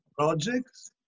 Projects